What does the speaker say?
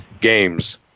games